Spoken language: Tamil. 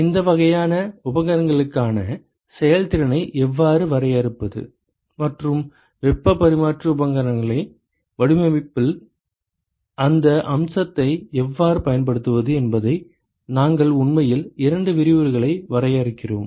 இந்த வகையான உபகரணங்களுக்கான செயல்திறனை எவ்வாறு வரையறுப்பது மற்றும் வெப்பப் பரிமாற்றி உபகரணங்களை வடிவமைப்பதில் அந்த அம்சத்தை எவ்வாறு பயன்படுத்துவது என்பதை நாங்கள் உண்மையில் இரண்டு விரிவுரைகளை வரையறுக்கிறோம்